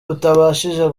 utabashije